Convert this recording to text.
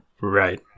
Right